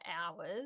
hours